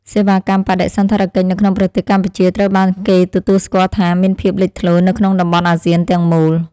សេវាកម្មបដិសណ្ឋារកិច្ចនៅក្នុងប្រទេសកម្ពុជាត្រូវបានគេទទួលស្គាល់ថា មានភាពលេចធ្លោនៅក្នុងតំបន់អាស៊ានទាំងមូល។